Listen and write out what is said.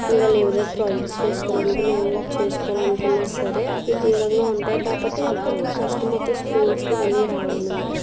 వాళ్లు ఏ విధంగా ప్రాజెక్ట్స్ చేసుకోవాలనుకున్న ఏం చేసుకోవాలనుకున్న సరే అది దూరంగా ఉంటాయి కాబట్టి వాళ్ళు కొంచెం కష్టంతో స్కూల్స్కి వెళ్లి రావడం అనమాట